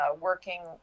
working